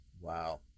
Wow